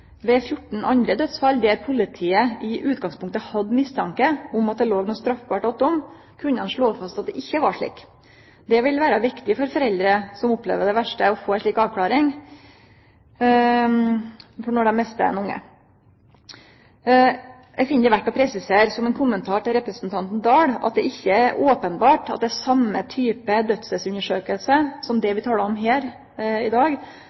Ved fjorten andre dødsfall der politiet i utgangspunktet hadde mistanke om at det låg noko straffbart attom, kunne ein slå fast at det ikkje var slik. Det vil vere viktig for foreldre som opplever det verste, å få ei slik avklaring når dei mister ein unge. Eg finn det verdt å presisere, som ein kommentar til representanten Oktay Dahl, at det ikkje er openbert at det er den same typen dødsstadsundersøking vi talar om her i dag,